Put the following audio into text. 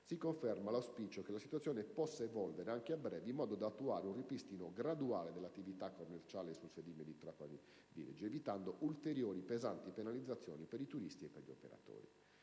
si conferma l'auspicio che la situazione possa evolvere a breve in modo da attuare il ripristino graduale dell'attività commerciale sul sedime di Trapani Birgi, evitando ulteriori pesanti penalizzazioni per turisti ed operatori.